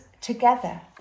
together